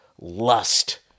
lust